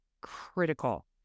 critical